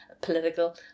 political